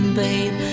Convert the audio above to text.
babe